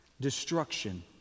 destruction